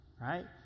right